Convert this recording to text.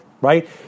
right